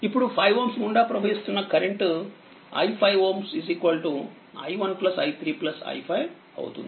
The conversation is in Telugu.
ఇప్పుడు 5Ωగుండా ప్రవహిస్తున్న కరెంటు i5Ω i1i3i5అవుతుంది